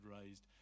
raised